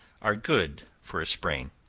are good for a sprain.